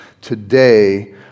today